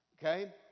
okay